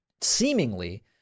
seemingly